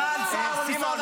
אפס-אפסים.